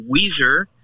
Weezer